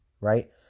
right